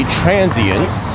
transients